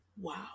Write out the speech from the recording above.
Wow